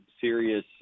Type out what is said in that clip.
serious